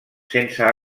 sense